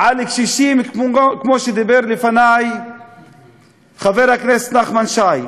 על קשישים, כפי שדיבר לפני חבר הכנסת נחמן שי,